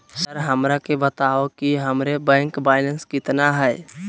Sir हमरा के बताओ कि हमारे बैंक बैलेंस कितना है?